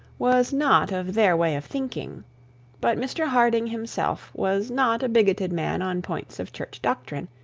was not of their way of thinking but mr harding himself was not a bigoted man on points of church doctrine,